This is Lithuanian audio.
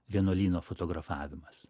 vienuolyno fotografavimas